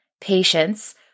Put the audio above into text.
patience